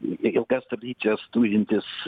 ilgas tradicijas turintis